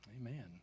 amen